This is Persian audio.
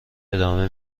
ادامه